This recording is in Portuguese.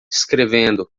escrevendo